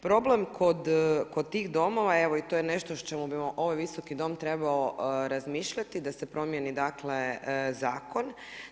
Problem kod tih domova, evo i to je nešto o čemu bi ovaj visoki dom trebao razmišljati da se promijeni zakon.